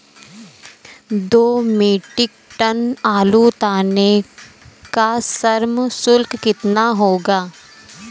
दो metric ton आलू उतारने का श्रम शुल्क कितना होगा?